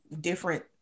different